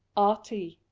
r. t.